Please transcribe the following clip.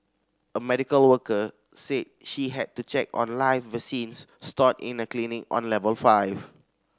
a medical worker said she had to check on live vaccines stored in a clinic on level five